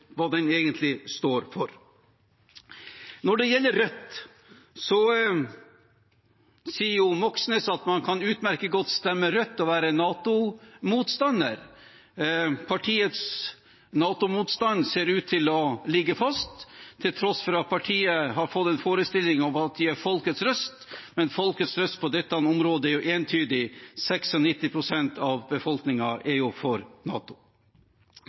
hva den egentlig står for. Når det gjelder Rødt, sier Moxnes at man utmerket godt kan stemme Rødt og være NATO-motstander. Partiets NATO-motstand ser ut til å ligge fast, til tross for at partiet har fått en forestilling om at de er folkets røst. Men folkets røst på dette området er entydig, 96 pst. av befolkningen er for NATO.